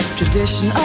tradition